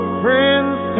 friends